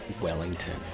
Wellington